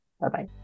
Bye-bye